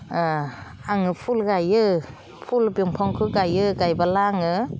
आङो फुल गायो फुल बिफांखौ गायो गायबोला आङो